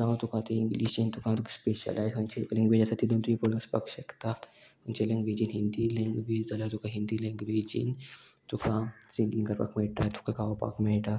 जावं तुका आतां इंग्लिशीन तुका तुका स्पेशलायज खंयची लँगवेज आसा तितून तूं फुडें वचपाक शकता खंयच्या लँग्वेजीन हिंदी लँग्वेज जाल्यार तुका हिंदी लँग्वेजीन तुका सिंगींग करपाक मेळटा तुका गावपाक मेयटा